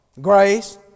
Grace